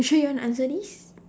you sure you want to answer this